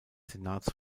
senats